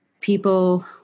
people